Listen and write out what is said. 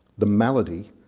the malady,